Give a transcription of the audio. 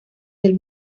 del